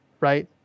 right